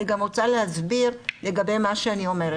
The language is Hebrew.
אני גם רוצה להסביר לגבי מה שאני אומרת,